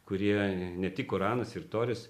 kurie ne tik uranas ir toris